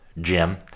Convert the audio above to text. Jim